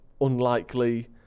unlikely